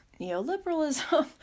neoliberalism